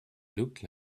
looked